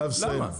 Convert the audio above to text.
למה?